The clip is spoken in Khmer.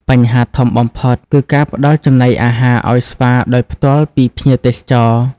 បញ្ហាធំបំផុត គឺការផ្តល់ចំណីអាហារឱ្យស្វាដោយផ្ទាល់ពីភ្ញៀវទេសចរ។